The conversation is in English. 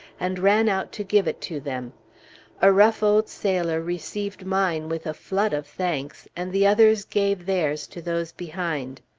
and ran out to give it to them a rough old sailor received mine with a flood of thanks, and the others gave theirs to those behind.